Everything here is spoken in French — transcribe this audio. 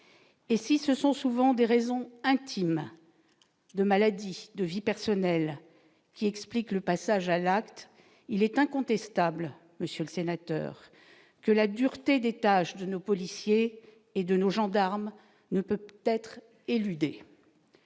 et si ce sont souvent des raisons intimes de maladie de vie personnelle qui explique le passage à l'acte, il est incontestable, monsieur le sénateur que la dureté des tâches de nos policiers et de nos gendarmes ne peut être éludée,